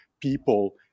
people